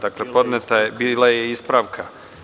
Dakle, podneta je bila ispravka.